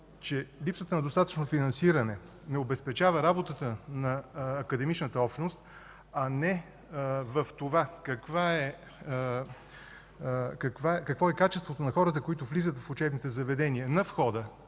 че липсата на достатъчно финансиране не обезпечава работата на академичната общност, а не в това какво е качеството на хората, които влизат в учебните заведения на входа,